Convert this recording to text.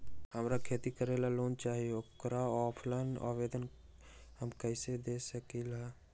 हमरा खेती करेला लोन चाहि ओकर ऑफलाइन आवेदन हम कईसे दे सकलि ह?